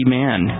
man